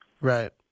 Right